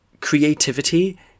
creativity